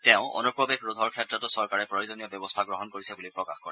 তেওঁ অনুপ্ৰৱেশ ৰোধৰ ক্ষেত্ৰতো চৰকাৰে প্ৰয়োজনীয় ব্যৱস্থা গ্ৰহণ কৰিছে বুলি প্ৰকাশ কৰে